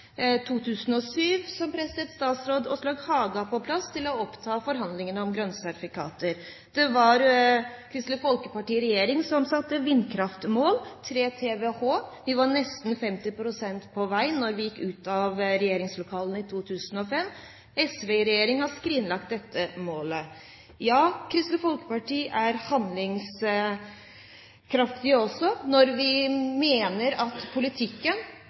2007, som presset tidligere statsråd Åslaug Haga til å oppta forhandlingene om grønne sertifikater. Det var Kristelig Folkeparti i regjering som satte vindkraftmål – 3 TWh. Vi var nesten 50 pst. på vei da vi gikk ut av regjeringslokalene i 2005. SV i regjering har skrinlagt dette målet. Ja, når vi mener at politikken